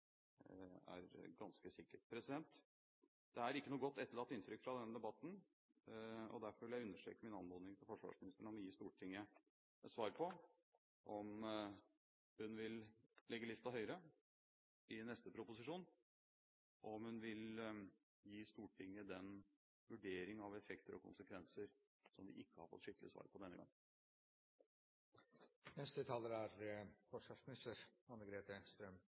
er ganske sikkert. Det er ikke etterlatt noe godt inntrykk fra denne debatten. Derfor vil jeg understreke min anmodning til forsvarsministeren om å gi Stortinget svar på om hun vil legge listen høyere i neste proposisjon, og på om hun vil gi Stortinget en vurdering av effekter og konsekvenser, som vi ikke har fått en skikkelig vurdering av denne gang. Min intensjon er